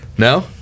No